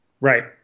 Right